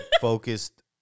focused